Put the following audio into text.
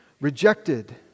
Rejected